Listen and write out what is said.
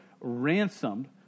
ransomed